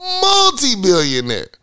Multi-billionaire